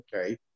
okay